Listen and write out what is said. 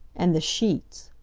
and the sheets.